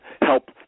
help